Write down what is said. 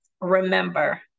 remember